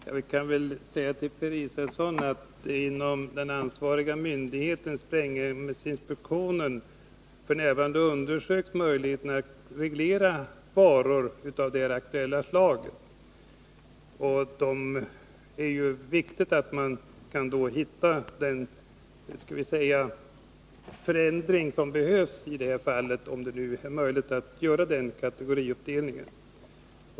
Herr talman! Jag kan säga till herr Israelsson att inom den ansvariga myndigheten, sprängämnesinspektionen, undersöks f. n. möjligheten att reglera hanteringen av varor av det här aktuella slaget. Det är viktigt att man kan komma fram till vilken förändring som behövs i det fallet och se om det blir möjligt att göra den nödvändiga kategoriuppdelningen.